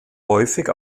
häufig